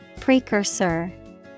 Precursor